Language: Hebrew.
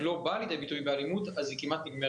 כלפי הצוותים הרפואיים, כלפי כוחות